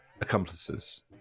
accomplices